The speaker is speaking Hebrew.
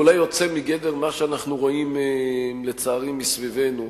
ואולי יוצא מגדר מה שאנחנו רואים לצערי מסביבנו,